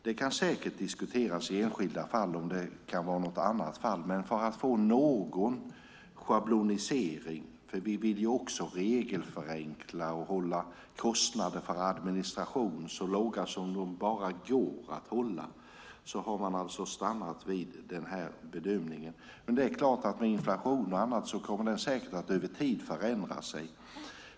Det kan säkert diskuteras i enskilda fall om det skulle kunna vara något annat, men för att få en schablonisering, för vi vill ju också regelförenkla och hålla kostnaderna för administration så låga som de bara går att hålla, har man stannat vid den här bedömningen. Med inflation och annat kommer ersättningen säkert att förändras över tid. Fru talman!